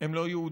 הם לא יהודים